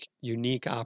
unique